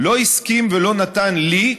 לא הסכים ולא נתן לי,